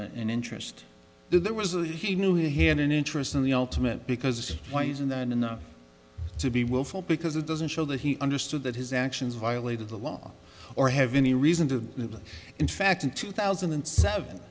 of an interest that there was a he knew he had an interest in the ultimate because why isn't that enough to be willful because it doesn't show that he understood that his actions violated the law or have any reason to in fact in two thousand and seven